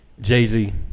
Jay-Z